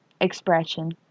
expression